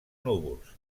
núvols